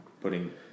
putting